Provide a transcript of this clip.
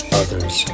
others